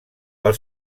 pel